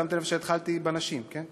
שמתם לב שהתחלתי בנשים, כן?